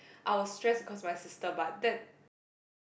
I was stress because of my sister but that but that was